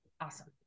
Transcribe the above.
Awesome